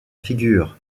figure